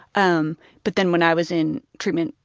um but then when i was in treatment,